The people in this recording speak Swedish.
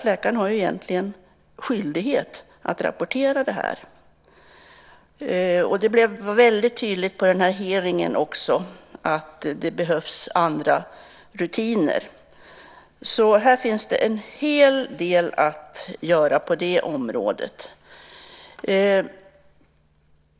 Läkaren har ju egentligen skyldighet att rapportera om biverkningar. Det blev väldigt tydligt på hearingen också att det behövs andra rutiner. Det finns alltså en hel del att göra på det området.